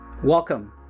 Welcome